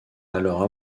alors